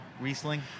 Riesling